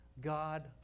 God